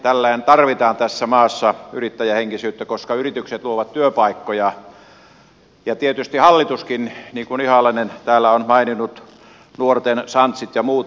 tällaista tarvitaan tässä maassa yrittäjähenkisyyttä koska yritykset luovat työpaikkoja ja tietysti hallituskin niin kuin ihalainen täällä on maininnut nuorten sanssit ja muut